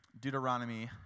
Deuteronomy